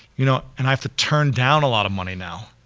you know, and i have to turn down a lot of money now.